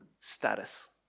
status